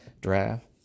draft